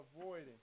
avoiding